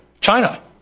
China